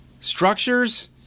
structures